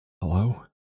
Hello